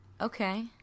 Okay